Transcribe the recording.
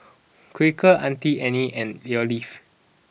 Quaker Auntie Anne's and Alf